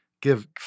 give